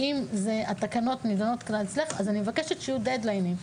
אני מבקשת שיהיה דד ליין,